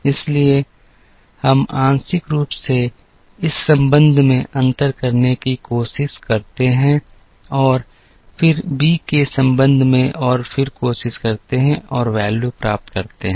इसलिए हम आंशिक रूप से इस संबंध में अंतर करने की कोशिश करते हैं और फिर बी के संबंध में और फिर कोशिश करते हैं और मान प्राप्त करते हैं